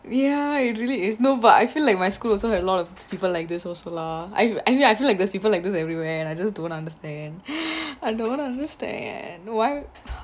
ya it really is no but I feel like my school also have a lot of people like this also lah I I I feel like there's people like these everywhere and I just don't understand I don't understand why